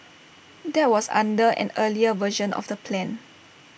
that was under an earlier version of the plan